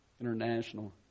International